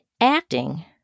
acting